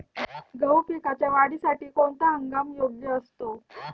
गहू पिकाच्या वाढीसाठी कोणता हंगाम योग्य असतो?